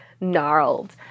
gnarled